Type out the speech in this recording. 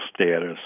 status